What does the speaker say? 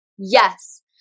yes